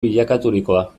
bilakaturikoa